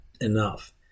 enough